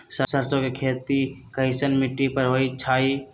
सरसों के खेती कैसन मिट्टी पर होई छाई?